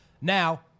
Now